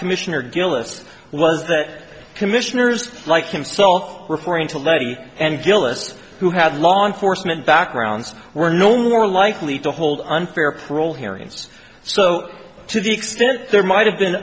commissioner gillis was that commissioners like himself reporting to lady and gillis who had law enforcement backgrounds were no more likely to hold unfair parole hearings so to the extent there might have been